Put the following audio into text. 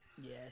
yes